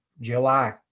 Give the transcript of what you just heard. July